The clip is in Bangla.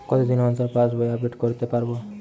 কতদিন অন্তর পাশবই আপডেট করতে পারব?